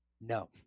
No